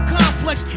complex